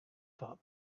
thought